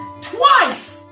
Twice